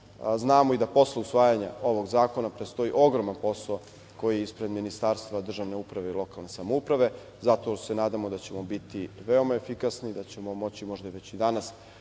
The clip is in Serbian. Znamo i da posle usvajanja ovog zakona prestoji ogroman posao koji je ispred Ministarstva državne uprave i lokalne samouprave. Zato se nadamo da ćemo biti veoma efikasni, da ćemo moći možda već i danas